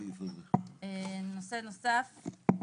נושא נוסף,